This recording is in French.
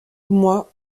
moi